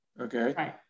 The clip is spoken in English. Okay